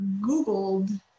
Googled